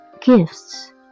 gifts